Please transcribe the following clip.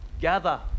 gather